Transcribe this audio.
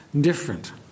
different